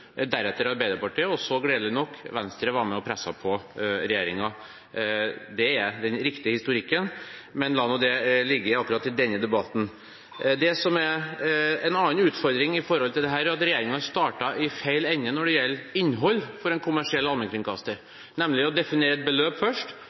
deretter Arbeiderpartiet, og så – gledelig nok – var Venstre med og presset på regjeringen. Det er den riktige historikken, men la nå det ligge i akkurat denne debatten. Det som er en annen utfordring i denne sammenheng, er at regjeringen startet i feil ende når det gjelder innhold for en kommersiell allmennkringkaster,